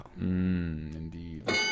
Indeed